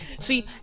See